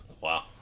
wow